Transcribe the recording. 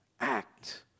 act